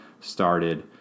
started